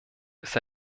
ist